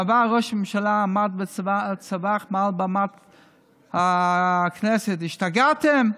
בעבר ראש הממשלה עמד וצווח מעל במת הכנסת: השתגעתם?